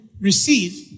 receive